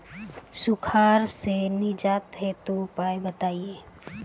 सुखार से निजात हेतु उपाय बताई?